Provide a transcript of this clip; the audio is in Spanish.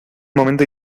momento